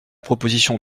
proposition